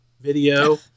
video